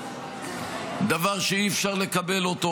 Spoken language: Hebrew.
דבר שאי-אפשר לקבל אותו,